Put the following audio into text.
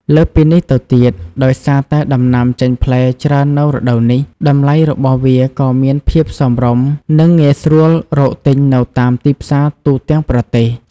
លើសពីនេះទៅទៀត ដោយសារតែដំណាំចេញផ្លែច្រើននៅរដូវនេះ តម្លៃរបស់វាក៏មានភាពសមរម្យ និងងាយស្រួលរកទិញនៅតាមទីផ្សារទូទាំងប្រទេស។